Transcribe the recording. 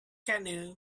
canoe